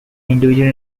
individual